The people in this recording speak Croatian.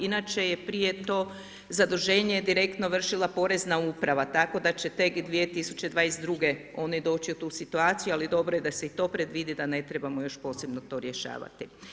Inače je prije to zaduženje direktno vršila Porezna uprava, tako da će tek 2022. oni doći u tu situaciju, ali dobro je da se i to predvidi da ne trebamo još posebno to rješavati.